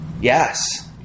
Yes